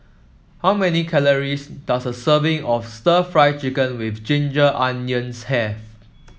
how many calories does a serving of stir Fry Chicken with Ginger Onions have